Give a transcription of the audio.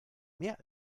mehr